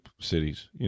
cities